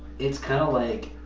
it's kind of like.